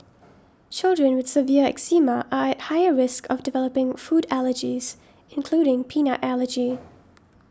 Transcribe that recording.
children with severe eczema are at higher risk of developing food allergies including peanut allergy